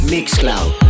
MixCloud